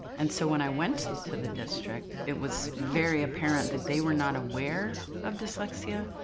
and so when i went to the district it was very apparent that they were not aware of dyslexia,